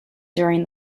during